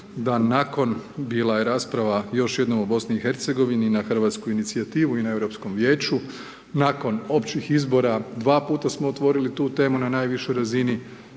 da nakon, bila je rasprava još jednom u BiH na hrvatsku inicijativu i na Europskom vijeću nakon općih izbora dva puta smo otvorili tu temu na najvišoj razini,